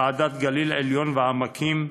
ועדת גליל עליון ועמקים,